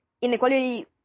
inequality